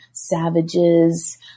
Savages